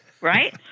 right